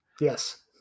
Yes